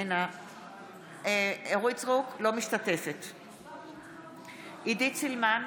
אינה משתתפת בהצבעה עידית סילמן,